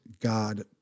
God